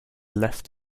left